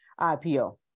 IPO